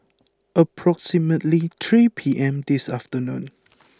approximately three P M this afternoon